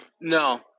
No